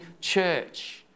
church